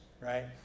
right